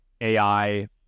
AI